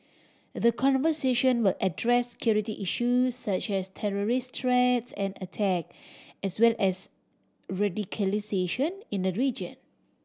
the conversation will address security issues such as terrorist threats and attack as well as radicalisation in the region